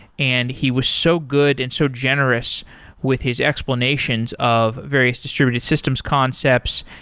and he was so good and so generous with his explanations of various distributed systems concepts.